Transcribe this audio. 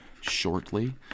shortly